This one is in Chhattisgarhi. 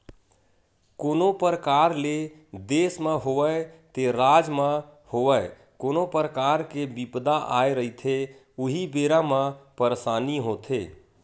कोनो परकार ले देस म होवय ते राज म होवय कोनो परकार के बिपदा आए रहिथे उही बेरा म परसानी होथे